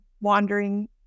wandering